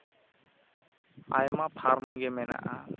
ᱟᱭᱢᱟ ᱯᱷᱟᱨᱢ ᱜᱮ ᱢᱮᱱᱟᱜᱼᱟ